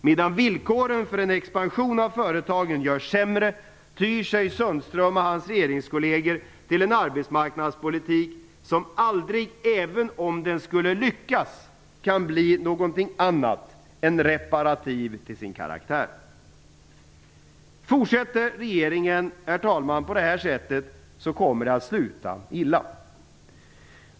Medan villkoren för en expansion av företagen görs sämre tyr sig Sundström och hans regeringskolleger till en arbetsmarknadspolitik som aldrig, även om den skulle lyckas, kan bli annat än reparativ till sin karaktär. Fortsätter regeringen så här, herr talman, kommer det att sluta illa.